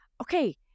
okay